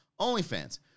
OnlyFans